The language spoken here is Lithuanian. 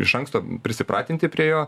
iš anksto prisipratinti prie jo